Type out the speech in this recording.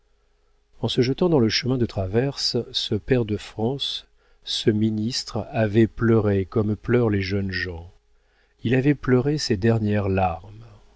en se jetant dans le chemin de traverse ce pair de france ce ministre avait pleuré comme pleurent les jeunes gens il avait pleuré ses dernières larmes